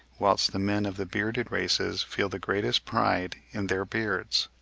whilst the men of the bearded races feel the greatest pride in their beards.